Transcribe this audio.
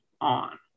on